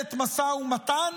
מנהלת משא ומתן